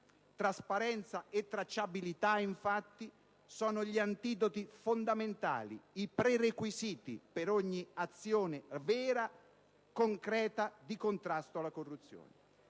Trasparenza e tracciabilità, infatti, sono gli antidoti fondamentali, i prerequisiti per ogni azione vera, concreta, di contrasto alla corruzione.